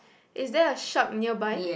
is there a shark nearby